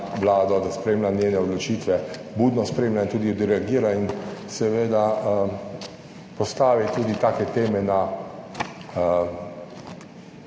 da spremlja njene odločitve, budno spremlja in tudi odreagira in seveda postavi tudi take teme na